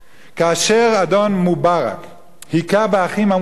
כאשר אדון מובארק הכה ב"אחים המוסלמים",